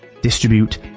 distribute